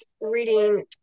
reading